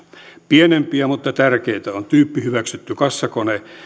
pienempiä mutta tärkeitä ovat tyyppihyväksytty kassakone